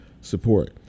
support